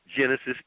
Genesis